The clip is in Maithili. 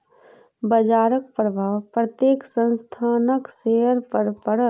बजारक प्रभाव प्रत्येक संस्थानक शेयर पर पड़ल